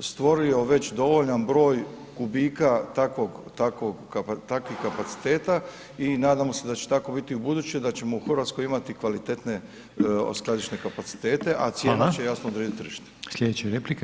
stvorio već dovoljan broj kubika takvih kapaciteta i nadamo se da će tako biti ubuduće, da ćemo u Hrvatskoj imati kvalitetne skladišne kapacitete, a cijena [[Upadica: Hvala.]] će jasno odrediti tržište.